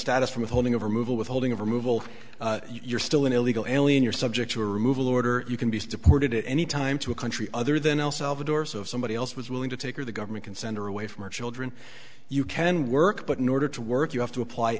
status from a holding of removal withholding of removal you're still an illegal alien you're subject to a removal order you can be deported at any time to a country other than el salvador so if somebody else was willing to take or the government can send her away from our children you can work but in order to work you have to apply